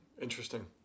interesting